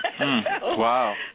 Wow